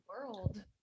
world